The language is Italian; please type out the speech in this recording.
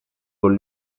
con